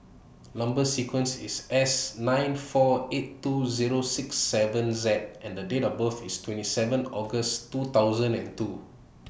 Number sequence IS S nine four eight two Zero six seven Z and The Date of birth IS twenty seven August two thousand and two